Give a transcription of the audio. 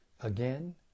again